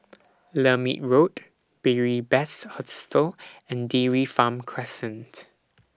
Lermit Road Beary Best Hostel and Dairy Farm Crescent